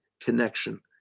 connection